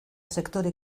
sektore